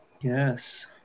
Yes